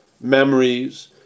memories